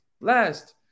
last